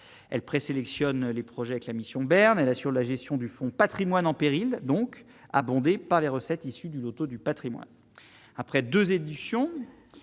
sélectionne les projets que la mission Bern, elle assure la gestion du fonds Patrimoine en péril donc abondé par les recettes issues du Loto du Patrimoine après 2 éditions,